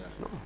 No